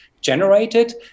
generated